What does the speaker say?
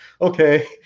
okay